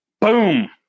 Boom